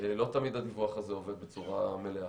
לא תמיד הדיווח הזה עובד בצורה מלאה.